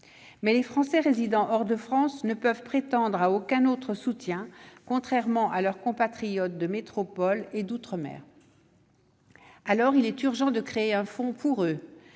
Les Français résidant hors de France ne peuvent prétendre à aucun autre soutien, contrairement à leurs compatriotes de métropole et d'outre-mer. Il est donc urgent de créer un fonds pour eux